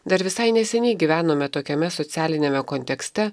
dar visai neseniai gyvenome tokiame socialiniame kontekste